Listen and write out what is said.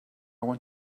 want